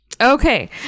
Okay